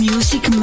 Music